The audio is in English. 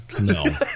no